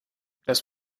das